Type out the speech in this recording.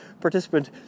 participant